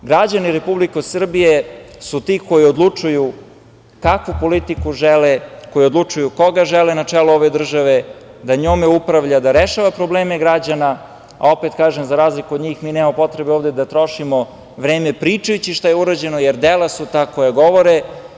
Građani Republike Srbije su ti koji odlučuju kakvu politiku žele, koji odlučuju koga žele na čelu ove države da njome upravlja, da rešava probleme građana, a opet kažem, za razliku od njih, mi nemamo potrebe ovde da trošimo vreme pričajući šta je urađeno, jer dela su ta koja govore.